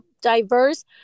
diverse